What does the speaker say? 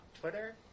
Twitter